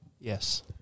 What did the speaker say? Yes